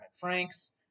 Frank's